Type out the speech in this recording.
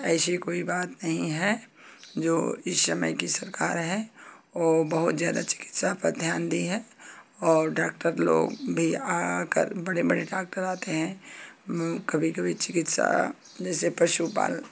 ऐसी कोई बात नहीं है जो इस समय की सरकार है वो बहुत ज्यादा चिकित्सा पर ध्यान दी है और डॉक्टर लोग भी आ आकर बड़े बड़े डॉक्टर आते हैं कभी कभी चिकित्सा जैसे पशुपाल